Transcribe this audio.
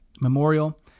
memorial